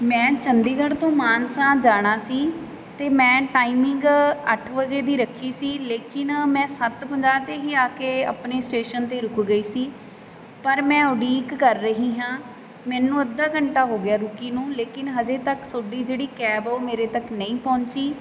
ਮੈਂ ਚੰਡੀਗੜ੍ਹ ਤੋਂ ਮਾਨਸਾ ਜਾਣਾ ਸੀ ਅਤੇ ਮੈਂ ਟਾਈਮਿੰਗ ਅੱਠ ਵਜੇ ਦੀ ਰੱਖੀ ਸੀ ਲੇਕਿਨ ਮੈਂ ਸੱਤ ਪੰਜਾਹ 'ਤੇ ਹੀ ਆ ਕੇ ਆਪਣੇ ਸਟੇਸ਼ਨ 'ਤੇ ਰੁਕ ਗਈ ਸੀ ਪਰ ਮੈਂ ਉਡੀਕ ਕਰ ਰਹੀ ਹਾਂ ਮੈਨੂੰ ਅੱਧਾ ਘੰਟਾ ਹੋ ਗਿਆ ਰੁਕੀ ਨੂੰ ਲੇਕਿਨ ਹਾਲੇ ਤੱਕ ਤੁਹਾਡੀ ਜਿਹੜੀ ਕੈਬ ਆ ਉਹ ਮੇਰੇ ਤੱਕ ਨਹੀਂ ਪਹੁੰਚੀ